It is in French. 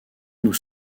nous